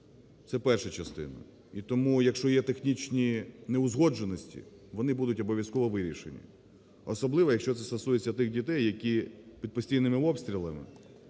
Це перша частина. І тому, якщо є технічні неузгодженості, вони будуть обов'язково вивішені, особливо, якщо це стосується тих дітей, які під постійними обстрілами